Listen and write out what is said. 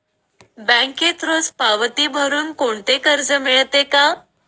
बँकेत रोज पावती भरुन कोणते कर्ज मिळते का?